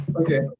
Okay